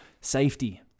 safety